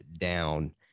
down